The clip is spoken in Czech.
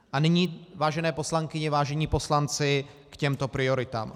A nyní, vážené poslankyně, vážení poslanci, k těm prioritám.